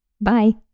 Bye